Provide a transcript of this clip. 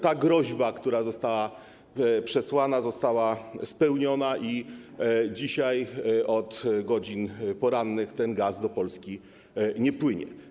Ta groźba, która została przesłana, została spełniona i dzisiaj od godzin porannych gaz do Polski nie płynie.